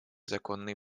законные